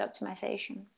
optimization